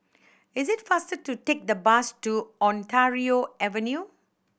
is it faster to take the bus to Ontario Avenue